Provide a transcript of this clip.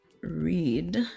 read